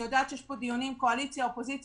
אני יודעת שיש כאן דיונים בין קואליציה ואופוזיציה.